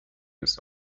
ist